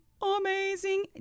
Amazing